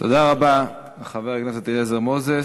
תודה רבה, חבר הכנסת אליעזר מוזס.